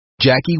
Jackie